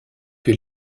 que